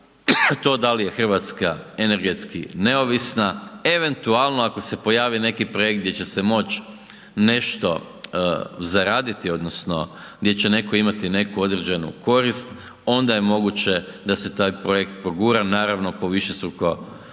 to da li je RH energetski neovisna, eventualno ako se pojavi neki projekt gdje će se moć nešto zaraditi odnosno gdje će netko imati neku određenu korist, onda je moguće da se taj projekt progura, naravno, po višestruko